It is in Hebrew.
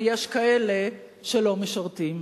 ויש כאלה שלא משרתים.